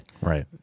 Right